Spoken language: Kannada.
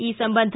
ಈ ಸಂಬಂಧ